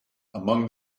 among